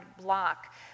block